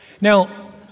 Now